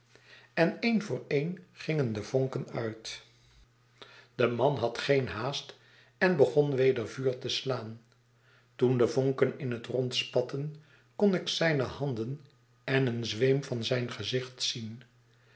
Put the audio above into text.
en een voor een gingen de vonken uit de man had geen haast en begon weder vuur te slaan toen de vonken in hetrond spatten kon ik zijne handen en een zweem van zijn gezicht zien